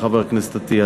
שהעלה חבר הכנסת אטיאס,